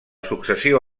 successió